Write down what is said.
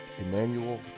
Emmanuel